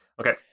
Okay